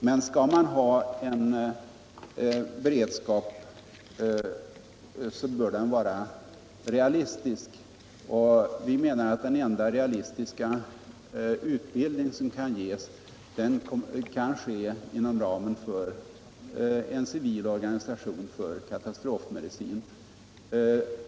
Men skall man ha en beredskap, så bör den vara realistisk, och vi menar att den enda realistiska och effektiva utbildning som kan ges måste ges inom ramen för en civil organisation för katastrofmedicin.